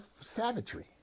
savagery